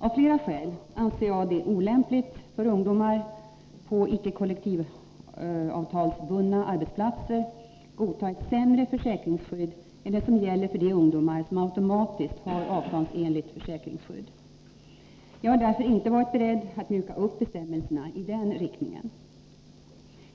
Av flera skäl anser jag det olämpligt att för ungdomar på icke kollektivavtalsbundna arbetsplatser godta ett sämre försäkringsskydd än det som gäller för de ungdomar som automatiskt har avtalsenligt försäkringsskydd. Jag har därför inte varit beredd att mjuka upp bestämmelserna i den riktningen.